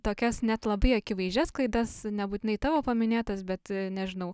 tokias net labai akivaizdžias klaidas nebūtinai tavo paminėtas bet nežinau